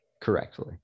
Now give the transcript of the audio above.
correctly